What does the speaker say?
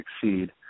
succeed